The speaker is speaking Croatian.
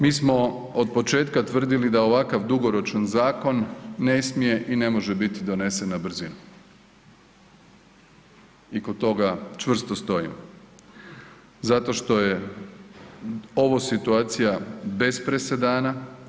Mi smo od početka tvrdili da ovakav dugoročan zakon ne smije i ne može biti donesen na brzinu i kod toga čvrsto stojim, zato što je ova situacija bez presedana.